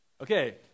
Okay